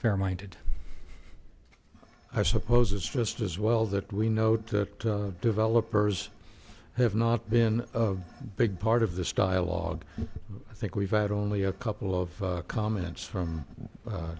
fair minded i suppose it's just as well that we note that developers have not been a big part of this dialogue i think we've had only a couple of comments from